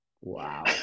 Wow